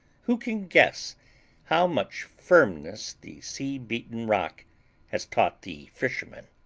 who can guess how much firmness the sea-beaten rock has taught the fisherman?